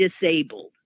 disabled